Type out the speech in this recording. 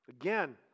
Again